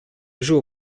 joue